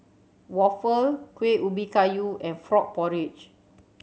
waffle Kuih Ubi Kayu and frog porridge